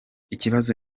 ikibazo